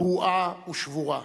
קרועה ושבורה.